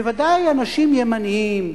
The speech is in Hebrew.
בוודאי אנשים ימניים,